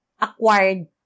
acquired